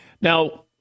Now